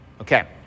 okay